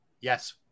Yes